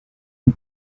une